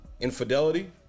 Infidelity